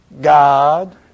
God